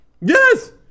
Yes